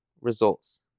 results